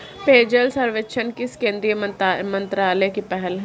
पेयजल सर्वेक्षण किस केंद्रीय मंत्रालय की पहल है?